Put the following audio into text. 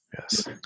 yes